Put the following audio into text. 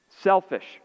selfish